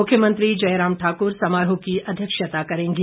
मुख्यमंत्री जयराम ठाकुर समारोह की अध्यक्षता करेंगे